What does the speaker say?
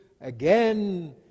again